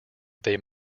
they